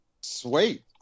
sweet